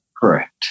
Correct